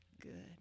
Good